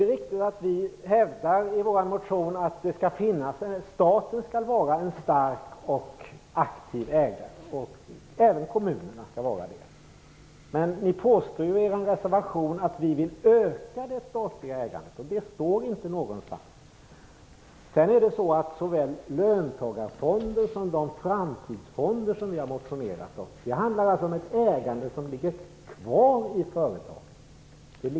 Det är riktigt att vi i vår motion hävdar att staten skall vara en stark och aktiv ägare, liksom kommunerna. Men ni påstår i er reservation att vi vill öka det statliga ägandet. Det står inte någonstans. När det gäller såväl löntagarfonder som de framtidsfonder som vi har resonerat om handlar det om ett ägande som ligger kvar i företaget.